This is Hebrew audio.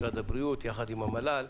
משרד הבריאות יחד המל"ל.